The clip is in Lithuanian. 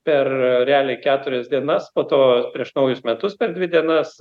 per realiai keturias dienas po to prieš naujus metus per dvi dienas